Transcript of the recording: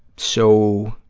so